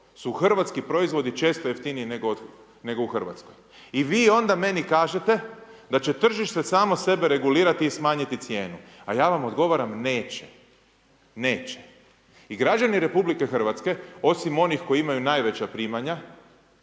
su hrvatski proizvodi često jeftiniji nego u Hrvatskoj. I vi onda meni kažete da će tržište samo sebe regulirati i smanjiti cijenu. A ja vam odgovaram, neće, neće. I građani RH osim onih koji imaju najveća primanja